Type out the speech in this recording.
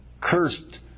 cursed